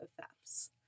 thefts